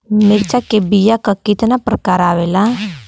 मिर्चा के बीया क कितना प्रकार आवेला?